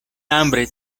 hambre